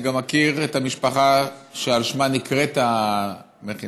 אני גם מכיר את המשפחה שעל שמה נקראת המכינה,